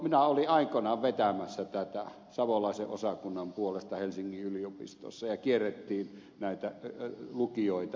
minä olin aikoinaan vetämässä tätä savolaisen osakunnan puolesta helsingin yliopistossa ja kierrettiin lukioita